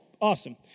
Awesome